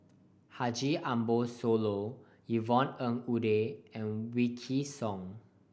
Haji Ambo Sooloh Yvonne Ng Uhde and Wykidd Song